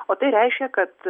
o tai reiškia kad